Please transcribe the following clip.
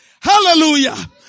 Hallelujah